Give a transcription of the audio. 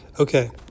Okay